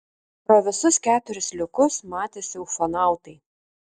pro visus keturis liukus matėsi ufonautai